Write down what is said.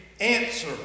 answer